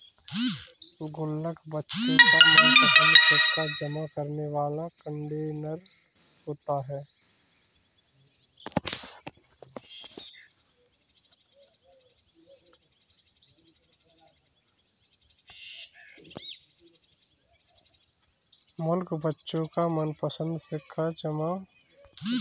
गुल्लक बच्चों का मनपंसद सिक्का जमा करने वाला कंटेनर होता है